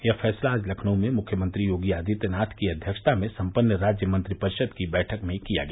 यह फैसला आज लखनऊ में मुख्यमंत्री योगी आदित्यनाथ की अध्यक्षता में सम्पन्न राज्य मंत्रिपरिषद की बैठक में किया गया